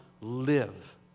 live